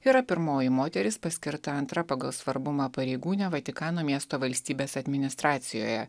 yra pirmoji moteris paskirta antra pagal svarbumą pareigūnė vatikano miesto valstybės administracijoje